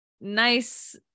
nice